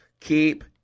Keep